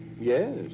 Yes